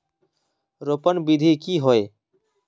रोपण विधि की होय?